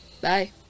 bye